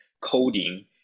coding